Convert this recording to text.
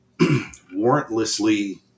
warrantlessly